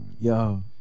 Yo